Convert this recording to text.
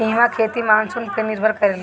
इहवा खेती मानसून पअ ही निर्भर करेला